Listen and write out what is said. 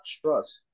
trust